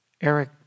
Eric